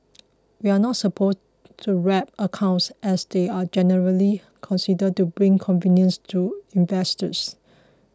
we are not supposed to wrap accounts as they are generally considered to bring convenience to investors